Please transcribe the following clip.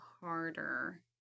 harder